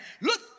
Look